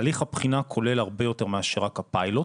הליך הבחינה כולל הרבה יותר מאשר רק הפיילוט.